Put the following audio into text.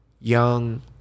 young